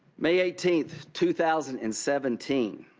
may eighteenth, two thousand and seventeen,